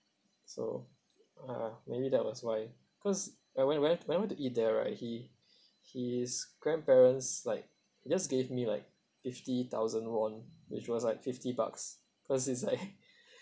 so uh maybe that was why cause uh when when when I went to eat there right he his grandparents like they just gave me like fifty thousand won which was like fifty bucks cause he's like